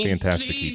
Fantastic